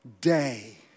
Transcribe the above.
day